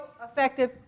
effective